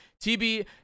TB